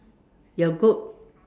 your goat